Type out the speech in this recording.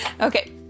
Okay